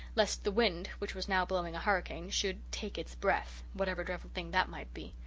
lest the wind, which was now blowing a hurricane, should take its breath, whatever dreadful thing that might be.